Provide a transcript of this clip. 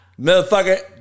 motherfucker